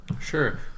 Sure